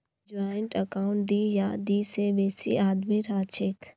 joint account दी या दी से बेसी आदमीर हछेक